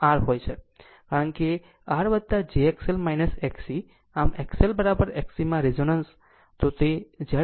કારણ કે R j XL XC આમ XL XC માં રેઝોનન્સ